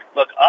Look